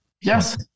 Yes